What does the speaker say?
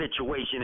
Situation